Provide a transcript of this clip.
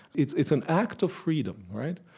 it's it's an act of freedom, right?